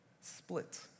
split